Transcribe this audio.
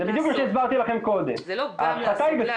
זה בדיוק מה שהסברתי לכם קודם --- זה לא גם לעשות